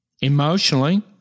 emotionally